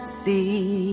see